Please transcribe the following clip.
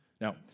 Now